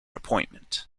appointment